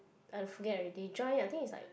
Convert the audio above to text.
I forget already join I think is like